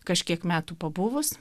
kažkiek metų pabuvus